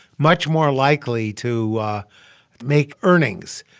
much more likely to make earnings,